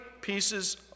pieces